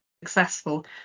successful